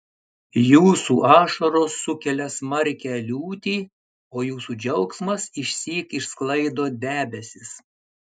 jūsų ašaros sukelia smarkią liūtį o jūsų džiaugsmas išsyk išsklaido debesis